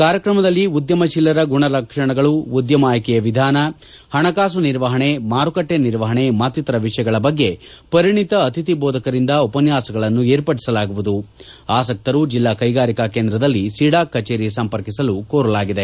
ಕಾರ್ಯಕ್ರಮದಲ್ಲಿ ಉದ್ಯಮಶೀಲರ ಗುಣಲಕ್ಷಣಗಳು ಉದ್ಯಮ ಆಯ್ಕೆಯ ವಿಧಾನ ಹಣಕಾಸು ನಿರ್ವಹಣೆ ಮಾರುಕಟ್ಟೆ ನಿರ್ವಹಣೆ ಮತ್ತಿತರ ವಿಷಯಗಳ ಬಗ್ಗೆ ಪರಿಣಿತ ಅತಿಥಿ ಬೋಧಕರಿಂದ ಉಪನ್ಯಾಸಗಳನ್ನು ಏರ್ಪಡಿಸಲಾಗುವುದು ಆಸಕ್ತರು ಜಿಲ್ಲಾ ಕೈಗಾರಿಕಾ ಕೇಂದ್ರದಲ್ಲಿ ಸಿಡಾಕ್ ಕಚೇರಿ ಸಂಪರ್ಕಿಸಲು ಕೋರಲಾಗಿದೆ